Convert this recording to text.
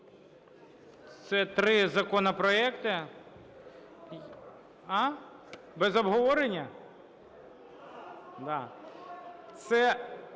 Це три законопроекти... Без обговорення?